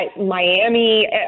Miami